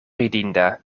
ridinda